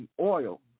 oil